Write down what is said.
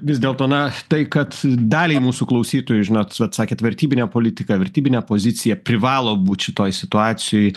vis dėlto na tai kad daliai mūsų klausytojų žinot vat sakėt vertybinė politika vertybinė pozicija privalo būt šitoj situacijoj